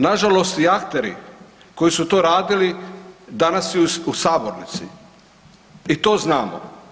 Nažalost i akteri koji su to radili danas i u sabornici i to znamo.